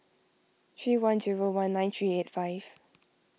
three one zero one nine three eight five